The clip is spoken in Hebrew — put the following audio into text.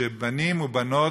שבנים ובנות,